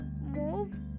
move